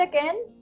again